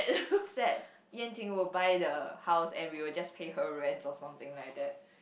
sad Yan-Ting will buy the house and we'll just pay her rent or something like that